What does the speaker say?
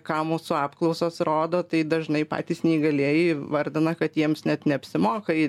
ką mūsų apklausos rodo tai dažnai patys neįgalieji vardina kad jiems net neapsimoka į